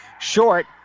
short